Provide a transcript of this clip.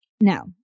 no